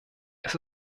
das